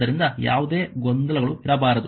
ಆದ್ದರಿಂದ ಯಾವುದೇ ಗೊಂದಲಗಳು ಇರಬಾರದು